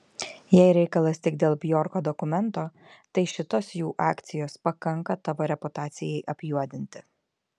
jei reikalas tik dėl bjorko dokumento tai šitos jų akcijos pakanka tavo reputacijai apjuodinti